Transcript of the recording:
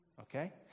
okay